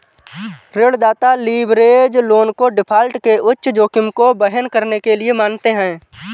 ऋणदाता leverage loan को default के उच्च जोखिम को वहन करने के लिए मानते हैं